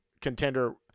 contender –